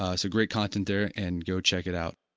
ah so great content there and go check it out